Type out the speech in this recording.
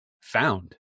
found